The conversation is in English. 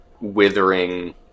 withering